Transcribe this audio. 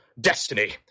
Destiny